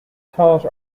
thought